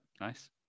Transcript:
nice